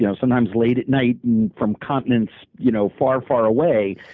you know sometimes late at night from continents you know far, far away,